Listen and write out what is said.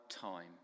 time